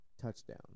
touchdown